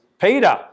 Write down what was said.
Peter